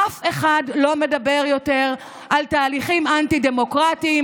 אף אחד לא מדבר יותר על תהליכים אנטי-דמוקרטיים,